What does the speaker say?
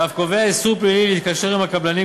ואף קובע איסור פלילי להתקשר עם קבלנים,